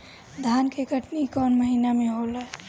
धान के कटनी कौन महीना में होला?